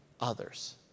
others